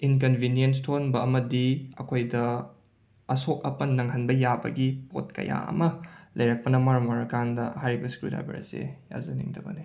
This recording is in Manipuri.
ꯏꯟꯀꯟꯕꯤꯅꯤꯌꯦꯟꯁ ꯊꯣꯛꯍꯟꯕ ꯑꯃꯗꯤ ꯑꯩꯈꯣꯏꯗ ꯑꯁꯣꯛ ꯑꯄꯟ ꯅꯪꯍꯟꯕ ꯌꯥꯕꯒꯤ ꯄꯣꯠ ꯀꯌꯥ ꯑꯃ ꯂꯩꯔꯛꯄꯅ ꯃꯔꯝ ꯑꯣꯏꯔꯀꯥꯟꯗ ꯍꯥꯏꯔꯤꯕ ꯁ꯭ꯀ꯭ꯔꯨꯗꯥꯏꯕꯔ ꯑꯁꯦ ꯌꯥꯖꯅꯤꯡꯗꯕꯅꯤ